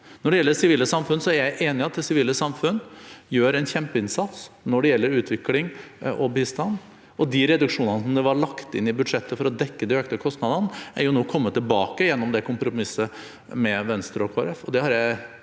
er jeg enig i at det sivile samfunn gjør en kjempeinnsats innen utvikling og bistand. De reduksjonene som var lagt inn i budsjettet for å dekke de økte kostnadene, er nå kommet tilbake gjennom kompromisset med Venstre og